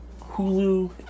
Hulu